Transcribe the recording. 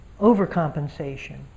overcompensation